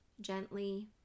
gently